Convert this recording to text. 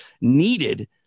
needed